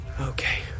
Okay